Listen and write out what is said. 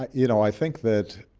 ah you know, i think that